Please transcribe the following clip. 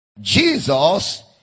Jesus